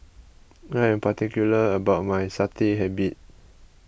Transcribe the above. I am particular about my Satay habit